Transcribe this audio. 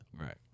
Right